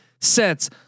sets